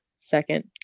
second